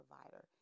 provider